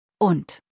Und